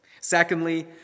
Secondly